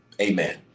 Amen